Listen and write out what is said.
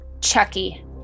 Chucky